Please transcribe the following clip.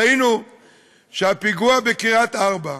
ראינו שהפיגוע בקריית-ארבע,